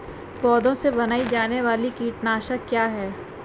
पौधों से बनाई जाने वाली कीटनाशक क्या है?